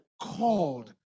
called